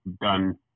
done